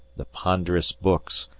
the ponderous books,